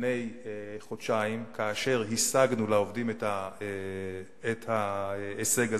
לפני חודשיים, כאשר השגנו לעובדים את ההישג הזה.